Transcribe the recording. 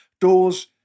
Doors